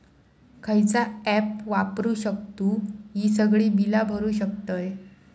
खयचा ऍप वापरू शकतू ही सगळी बीला भरु शकतय?